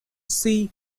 see